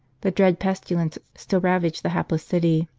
the dread pestilence still ravaged the hapless city.